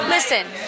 Listen